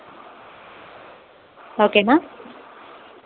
ఓకేనా